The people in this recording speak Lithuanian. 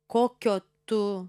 kokio tu